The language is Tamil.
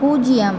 பூஜ்ஜியம்